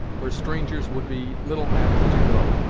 where strangers would be little apt to go.